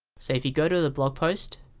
so if you go to the blog post